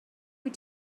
wyt